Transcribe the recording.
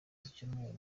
z’icyumweru